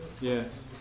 Yes